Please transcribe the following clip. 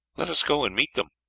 let us go and meet them.